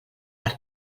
per